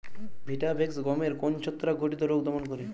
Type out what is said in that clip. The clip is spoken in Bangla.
ভিটাভেক্স গমের কোন ছত্রাক ঘটিত রোগ দমন করে?